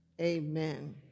Amen